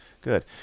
good